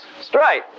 straight